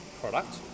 product